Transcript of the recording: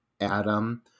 Adam